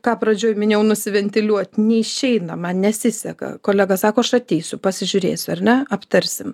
ką pradžioje minėjau nusiventiliuot neišeina man nesiseka kolega sako aš ateisiu pasižiūrėsiu ar ne aptarsim